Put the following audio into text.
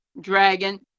Dragon